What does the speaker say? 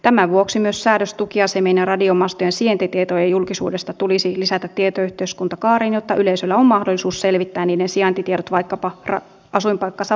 tämän vuoksi myös säädös tukiasemien ja radiomastojen sijaintitietojen julkisuudesta tulisi lisätä tietoyhteiskuntakaareen jotta yleisöllä on mahdollisuus selvittää niiden sijaintitiedot vaikkapa asuinpaikkaansa valitessaan